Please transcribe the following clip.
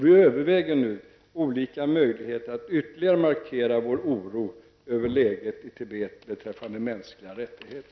Vi överväger nu olika möjligheter att ytterligare markera vår oro över läget i Tibet beträffande mänskliga rättigheter.